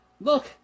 look